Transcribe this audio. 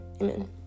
amen